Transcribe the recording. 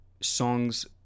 songs